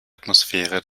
atmosphäre